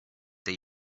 that